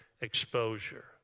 exposure